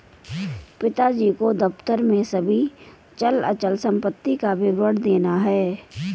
पिताजी को दफ्तर में सभी चल अचल संपत्ति का विवरण देना है